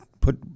put